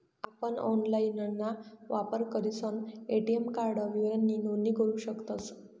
आपण ऑनलाइनना वापर करीसन ए.टी.एम कार्ड विवरणनी नोंदणी करू शकतस